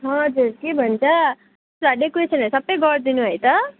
हजुर के भन्छ त्यसो भए डेकुरेसनहरू सबै गरिदिनु है त